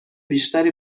بیشتری